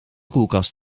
koelkast